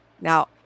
Now